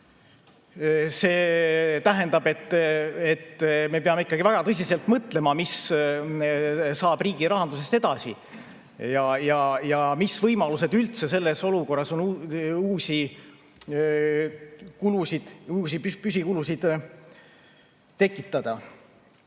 see tähendab, et me peame ikkagi väga tõsiselt mõtlema, mis saab riigirahandusest edasi ja mis võimalused üldse on selles olukorras uusi püsikulusid tekitada.